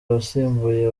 wasimbuye